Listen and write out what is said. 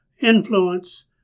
influence